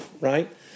right